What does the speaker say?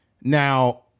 Now